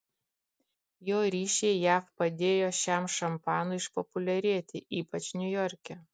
jo ryšiai jav padėjo šiam šampanui išpopuliarėti ypač niujorke